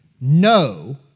no